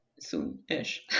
soon-ish